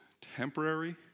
temporary